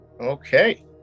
Okay